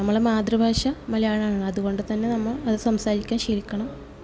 നമ്മളുടെ മാതൃഭാഷ മലയാളാണ് അതുകൊണ്ട് തന്നെ നമ്മൾ അത് സംസാരിക്കാൻ ശീലിക്കണം